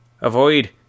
Avoid